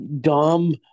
Dom